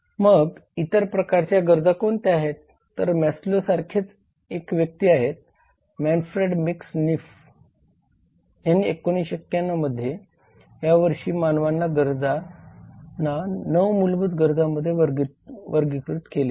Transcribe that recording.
मग इतर प्रकारच्या गरजा कोणत्या आहेत तर मॅस्लो सारखेच एक व्यक्ती आहेत मॅनफ्रेड मॅक्स निफ यांनी 1991 या वर्षी मानवी गरजांना 9 मूलभूत गरजांमध्ये वर्गीकृत केले आहे